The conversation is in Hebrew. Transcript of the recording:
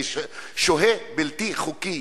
כי היה שוהה בלתי חוקי,